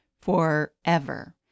forever